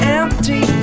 empty